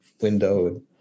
window